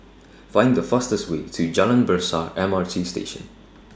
Find The fastest Way to Jalan Besar M R T Station